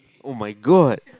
oh my god